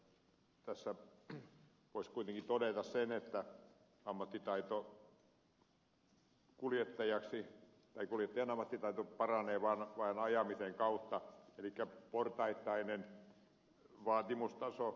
tässä voisi kuitenkin todeta sen että kuljettajan ammattitaito paranee vaan ajamisen kautta elikkä portaittaisen vaatimustason kautta